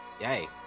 Yay